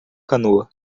canoa